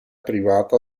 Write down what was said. privata